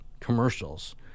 commercials